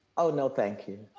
oh no thank you.